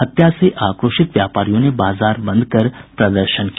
हत्या से आक्रोशित व्यापारियों ने बाजार बंद कर प्रदर्शन किया